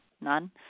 none